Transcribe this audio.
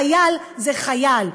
חייל זה חייל.